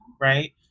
right